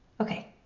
Okay